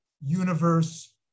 universe